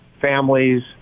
families